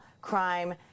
crime